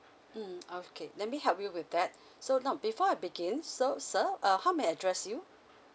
mm okay let me help you with that so now before I begin so sir uh how may I address you